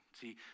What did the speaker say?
See